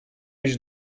iść